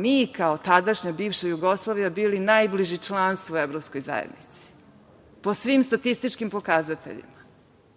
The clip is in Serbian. mi kao tadašnja bivša Jugoslavija bili najbliži članstvu Evropskoj zajednici, po svim statističkim pokazateljima. Dakle,